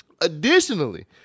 Additionally